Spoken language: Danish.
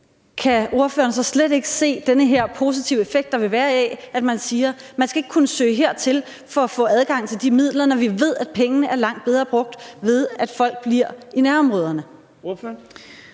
kan ordføreren så slet ikke se den positive effekt, der vil være, af, at vi siger, at man ikke skal kunne søge hertil for at få adgang til de midler, når vi ved, at pengene er langt bedre brugt, ved at folk bliver i nærområderne?